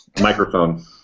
Microphone